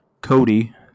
Cody